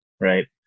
Right